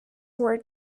were